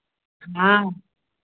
हाँ